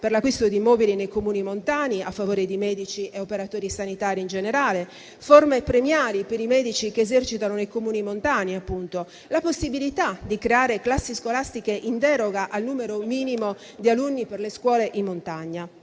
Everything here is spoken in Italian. per l'acquisto di immobili nei Comuni montani a favore di medici e operatori sanitari in generale, forme premiali per i medici che esercitano nei Comuni montani, la possibilità di creare classi scolastiche in deroga al numero minimo di alunni per le scuole in montagna.